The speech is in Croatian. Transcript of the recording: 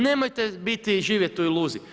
Nemojte biti i živjeti u iluziji.